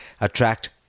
attract